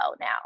now